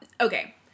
Okay